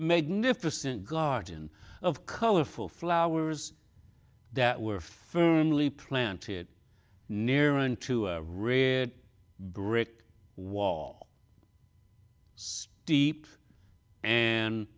magnificent garden of colorful flowers that were firmly planted near unto writ brick wall deep and